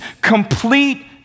complete